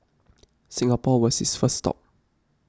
Singapore was his first stop